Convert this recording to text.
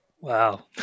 Wow